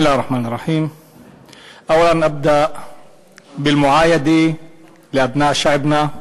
(אומר דברים בשפה הערבית)